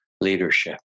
leadership